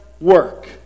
work